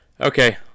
okay